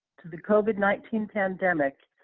to the covid nineteen pandemic,